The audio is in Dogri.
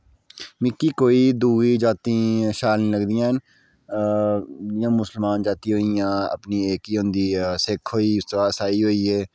मिकी कोई दुए जातीं शैल निं लगदियां हैन जियां मुसलमान जातीं होईयां अपनी एह्की होंदी सिक्ख होई ईसाई होईये